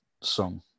song